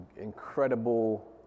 incredible